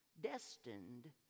destined